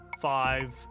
five